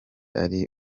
ari